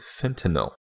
fentanyl